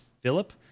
Philip